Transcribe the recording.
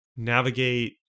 navigate